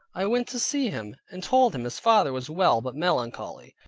i went to see him, and told him his father was well, but melancholy.